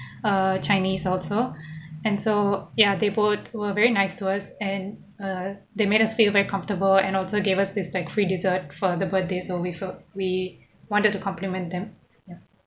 a chinese also and so ya they both were very nice to us and uh they made us feel very comfortable and also gave us this like free dessert for the birthday so with a we wanted to compliment them ya